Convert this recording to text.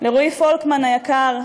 לרועי פולקמן היקר,